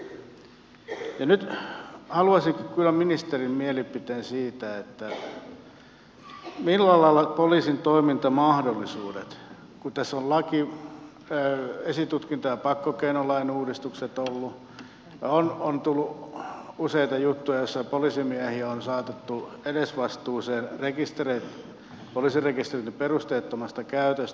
nyt haluaisin kyllä ministerin mielipiteen siitä millä lailla ovat poliisin toimintamahdollisuudet kun tässä ovat esitutkinta ja pakkokeinolain uudistukset olleet ja on tullut useita juttuja joissa poliisimiehiä on saatettu edesvastuuseen poliisirekistereitten perusteettomasta käytöstä